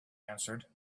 answered